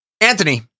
Anthony